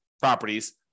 properties